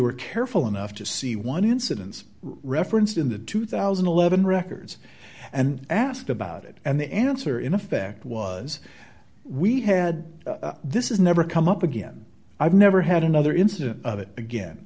were careful enough to see one incidence referenced in the two thousand and eleven records and asked about it and the answer in effect was we had this is never come up again i've never had another incident of it again